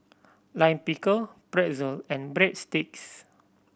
Lime Pickle Pretzel and Breadsticks